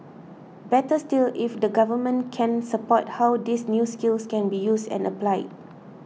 better still if the government can support how these new skills can be used and applied